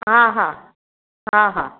हा हा हा हा